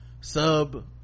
sub